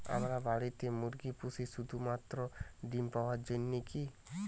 আমরা বাড়িতে মুরগি পুষি শুধু মাত্র ডিম পাওয়ার জন্যই কী?